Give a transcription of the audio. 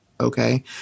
okay